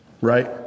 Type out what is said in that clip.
right